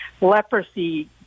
leprosy